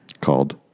Called